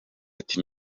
ati